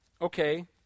okay